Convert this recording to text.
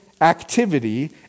activity